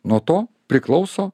nuo to priklauso